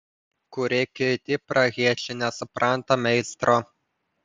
kurie kiti prahiečiai nesupranta meistro